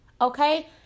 okay